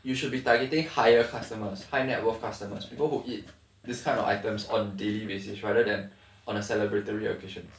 you should be targeting higher customers high net worth customers people who eat this kind of items on daily basis rather than on a celebratory occasions